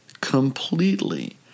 completely